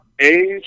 Age